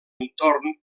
entorn